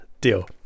deal